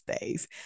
days